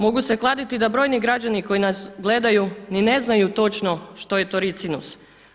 Mogu se kladiti da brojni građani koji nas gledaju ni ne znaju točno što je to ricinus.